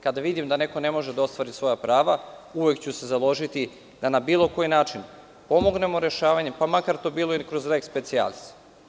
Kada vidim da neko ne može da ostvari svoja prava uvek ću se založiti da na bilo koji način pomognemo rešavanjem, pa makar to bilo i kroz „lex specialis“